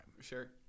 Sure